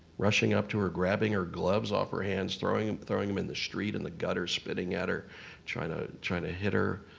rushing up to her, grabbing her gloves off her hands, throwing and throwing them in the street and the gutter, spitting at her trying to try to hit her.